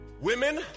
Women